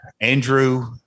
Andrew